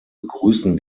begrüßen